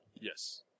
Yes